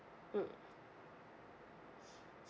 mmhmm